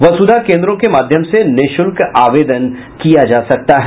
वसुधा केन्द्रों के माध्यम से निःशुल्क आवेदन किया जा सकता है